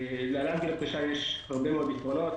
להעלאת גיל הפרישה יש הרבה יתרונות: